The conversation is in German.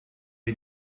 wir